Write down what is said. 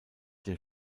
der